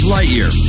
Lightyear